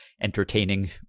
entertaining